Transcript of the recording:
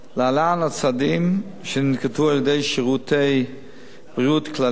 להלן הצעדים שננקטו על-ידי "שירותי בריאות כללית"